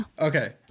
Okay